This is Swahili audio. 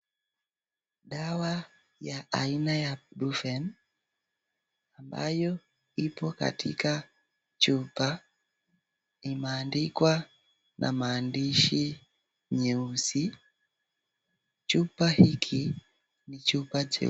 Dawa ya aina ya Ibuprofen ambayo ipo katika chupa imeandikwa na maandishi nyeusi, chupa hiki ni chupa che.